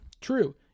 True